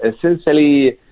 essentially